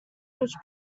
which